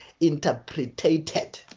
interpreted